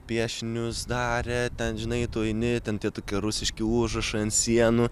piešinius darė ten žinai tu eini ten tokie rusiški užrašai ant sienų